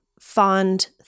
fond